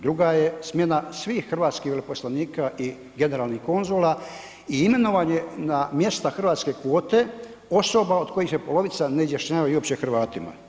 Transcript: Druga je smjena svih hrvatskih veleposlanika i generalnih konzula i imenovanje na mjesta hrvatske kvote osoba od kojih se polovica ne izjašnjavaju uopće Hrvatima.